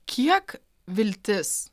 kiek viltis